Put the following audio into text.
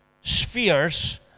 spheres